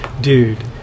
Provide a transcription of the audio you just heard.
dude